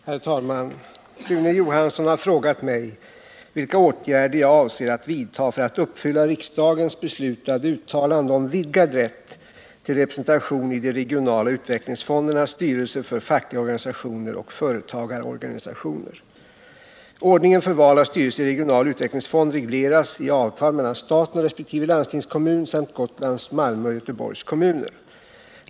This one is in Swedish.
Herr talman! Sune Johansson har frågat mig vilka åtgärder jag avser att vidta för att uppfylla riksdagens beslutade uttalande om vidgad rätt till representation i de regionala utvecklingsfondernas styrelser för fackliga organisationer och företagarorganisationer. Ordningen för val av styrelse i regional utvecklingsfond regleras i avtal mellan staten och resp. landstingskommun samt Gotlands, Malmö och Göteborgs kommuner.